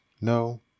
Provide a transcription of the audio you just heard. No